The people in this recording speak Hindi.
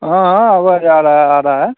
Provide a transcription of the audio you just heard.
हाँ हाँ आवाज़ आ रही है आ रही है